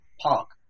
Park